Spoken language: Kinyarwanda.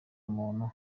muntu